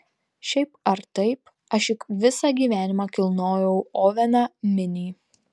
šiaip ar taip aš juk visą gyvenimą kilnojau oveną minį